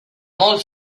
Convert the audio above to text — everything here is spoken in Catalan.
molt